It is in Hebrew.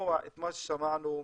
לשמוע את מה ששמענו עכשיו.